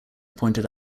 pointed